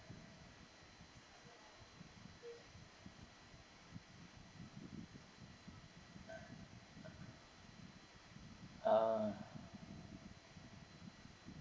um